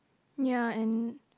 ya and